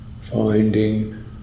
finding